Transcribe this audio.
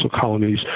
colonies